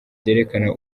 byerekana